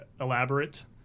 elaborate